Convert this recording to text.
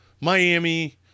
Miami